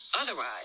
otherwise